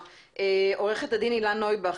עורכת הדין הילה נויבך,